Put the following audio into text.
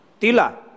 Tila